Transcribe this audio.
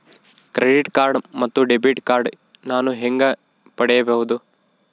Credit card ಮತ್ತು debit card ನಾನು ಹೇಗೆ ಪಡೆಯಬಹುದು?